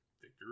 Victor